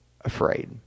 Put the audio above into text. afraid